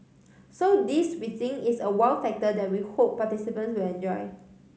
so this we think is a wow factor that we hope participants will enjoy